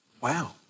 Wow